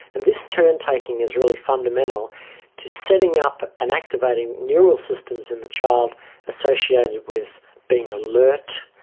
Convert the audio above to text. and this turn-taking is really fundamental to setting up and activating neural systems in the child associated with being alert,